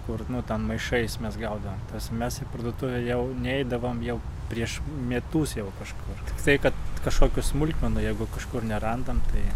kur nu ten maišais mes gaudavom tas mes į parduotuvę jau neidavom jau prieš metus jau kažkur tai kad kažkokių smulkmenų jeigu kažkur nerandam tai